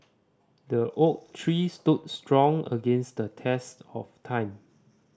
the oak tree stood strong against the test of time